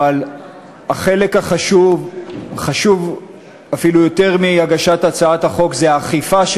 אבל החלק החשוב אפילו יותר מהגשת הצעת החוק הוא האכיפה.